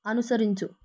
అనుసరించు